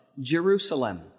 Jerusalem